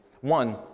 One